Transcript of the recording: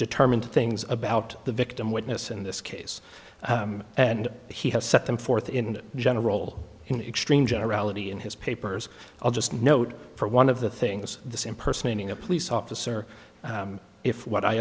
determined things about the victim witness in this case and he has set them forth in general in extreme generality in his papers i'll just note for one of the things this impersonating a police officer if what i